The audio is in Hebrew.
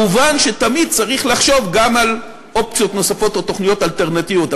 מובן שתמיד צריך לחשוב על אופציות נוספות או תוכניות אלטרנטיביות,